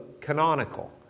canonical